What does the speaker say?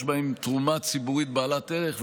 יש בהם תרומה ציבורית בעלת ערך,